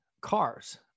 cars